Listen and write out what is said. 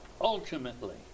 Ultimately